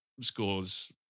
scores